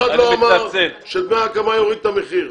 אף אחד לא אמר שדמי ההקמה יוריד את המחיר.